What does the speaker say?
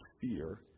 fear